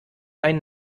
ein